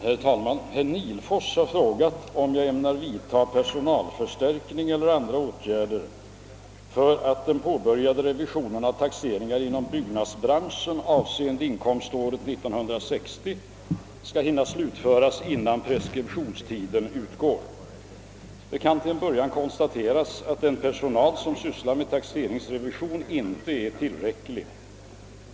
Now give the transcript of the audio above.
Herr talman! Herr Nihlfors har frågat, om jag ämnar vidtaga personalförstärkning eller andra åtgärder för att den påbörjade revisionen av taxeringar inom byggnadsbranschen avseende inkomståret 1960 skall hinna slutföras innan preskriptionstiden utgår. Det kan till en början konstateras att den personal som sysslar med taxeringsrevision inte är tillräcklig.